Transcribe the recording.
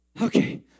Okay